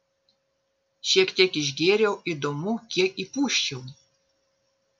šiek tiek išgėriau įdomu kiek įpūsčiau